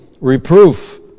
reproof